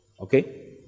Okay